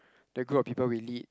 the group of people we lead